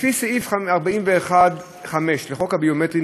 לפי סעיף 41(5) לחוק הביומטרי,